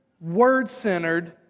word-centered